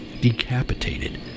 decapitated